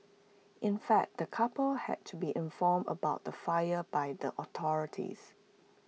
in fact the couple had to be informed about the fire by the authorities